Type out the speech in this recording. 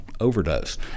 overdose